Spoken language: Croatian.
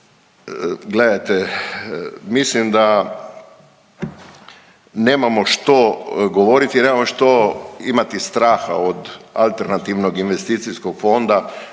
gledajte, mislim da nemamo što govoriti, nemamo što imati straha od alternativnog investicijskog fonda.